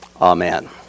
Amen